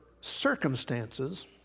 circumstances